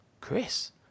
Chris